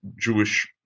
Jewish